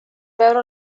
veure